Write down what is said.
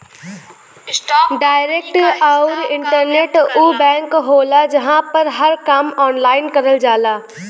direct आउर internet उ bank होला जहां पर हर काम ऑनलाइन करल जाला